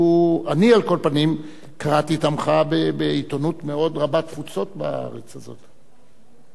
אני על כל פנים קראתי את המחאה בעיתונות מאוד רבת-תפוצה בארץ הזאת.